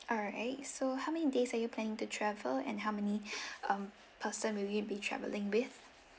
alright so how many days are you planning to travel and how many um person will you be travelling with